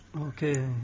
Okay